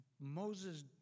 Moses